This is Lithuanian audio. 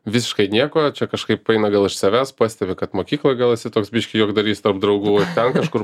visiškai nieko čia kažkaip aina gal iš savęs pastebi kad mokykloj gal esi toks biškį juokdarys tarp draugų ten kažkur